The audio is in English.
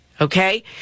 Okay